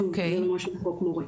שוב, זה מה שהחוק מורה.